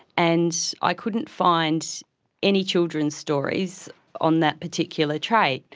and i couldn't find any children's stories on that particular trait.